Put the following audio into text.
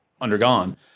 undergone